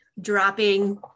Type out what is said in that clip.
dropping